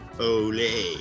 Ole